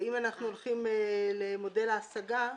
אם אנחנו הולכים למודל ההשגה,